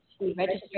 registration